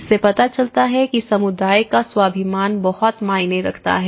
इससे पता चलता है कि समुदाय का स्वाभिमान बहुत मायने रखता है